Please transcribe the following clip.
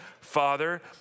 Father